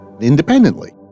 Independently